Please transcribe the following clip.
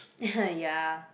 ya